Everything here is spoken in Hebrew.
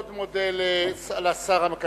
אני מאוד מודה לשר המקשר,